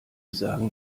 sagen